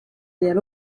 their